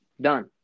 Done